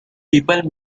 people